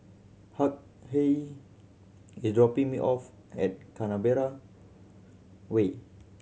Hughey is dropping me off at Way